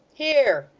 here!